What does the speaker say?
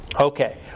Okay